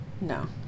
no